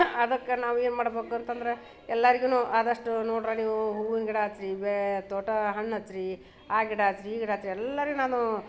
ಅದಕ್ಕೆ ನಾವು ಏನು ಮಾಡಬೇಕು ಅಂತ ಅಂದರೆ ಎಲ್ಲಾರಿಗು ಆದಷ್ಟು ನೋಡ್ರಿ ನೀವು ಹೂವಿನ ಗಿಡ ಹಚ್ಚಿ ಬೆ ತೋಟ ಹಣ್ಣು ಹಚ್ಚಿರಿ ಆ ಗಿಡ ಹಚ್ಚಿರಿ ಈ ಗಿಡ ಹಚ್ಚಿರಿ ಎಲ್ಲಾರಿಗೆ ನಾನು